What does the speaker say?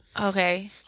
Okay